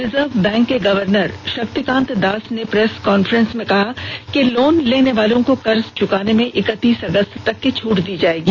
reserve bank के governor Shaktikanta Das ने press conference में कहा कि लोन लेनेवालों को कर्ज चुकाने में इकतीस अगस्त तक की छूट दी जायेगी